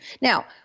Now